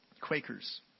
Quakers